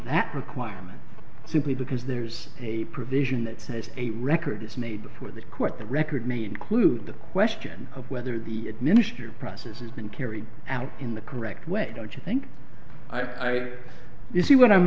that requirement simply because there's a provision that says a record it's made before the court the record mean klute the question of whether the ministry or process has been carried out in the correct way don't you think i see what i'm